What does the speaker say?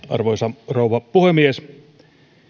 arvoisa rouva puhemies